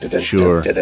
Sure